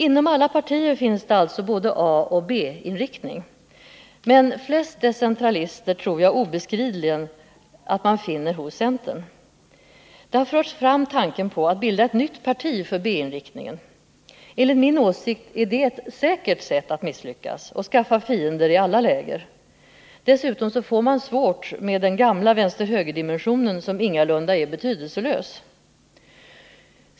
Inom alla partier finns det alltså både A och B-inriktningar, men flest decentralister tror jag obestridligen att man finner hos centern. Det har förts fram en tanke på att bilda ett nytt parti för B-inriktningen. Enligt min åsikt är det ett säkert sätt att misslyckas och skaffa fiender i alla läger. Dessutom får man svårigheter med den gamla vänster-högerdimensionen, som ingalunda är betydelselös.